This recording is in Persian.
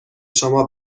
شما